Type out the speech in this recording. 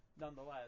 nonetheless